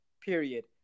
period